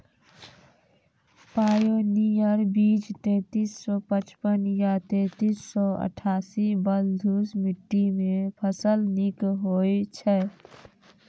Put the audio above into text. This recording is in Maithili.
पायोनियर बीज तेंतीस सौ पचपन या तेंतीस सौ अट्ठासी बलधुस मिट्टी मे फसल निक होई छै?